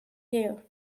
hair